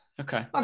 Okay